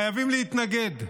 חייבים להתנגד.